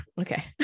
okay